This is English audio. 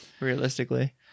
realistically